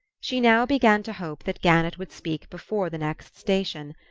she now began to hope that gannett would speak before the next station.